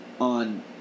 on